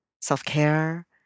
self-care